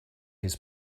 his